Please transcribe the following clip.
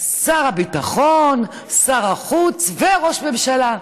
שר הביטחון, שר החוץ וראש ממשלה.